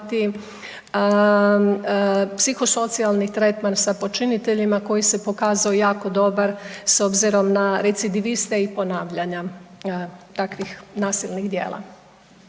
psihosocijalni tretman sa počiniteljima koji se pokazao jako dobar s obzirom na recidiviste i ponavljanja takvih nasilnih djela.